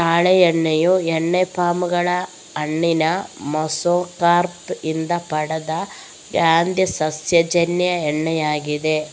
ತಾಳೆ ಎಣ್ಣೆಯು ಎಣ್ಣೆ ಪಾಮ್ ಗಳ ಹಣ್ಣಿನ ಮೆಸೊಕಾರ್ಪ್ ಇಂದ ಪಡೆದ ಖಾದ್ಯ ಸಸ್ಯಜನ್ಯ ಎಣ್ಣೆಯಾಗಿದೆ